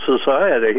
society